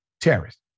terrorists